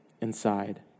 inside